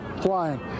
flying